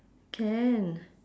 can